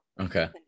Okay